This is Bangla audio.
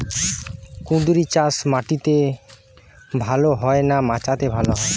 কুঁদরি চাষ মাটিতে ভালো হয় না মাচাতে ভালো হয়?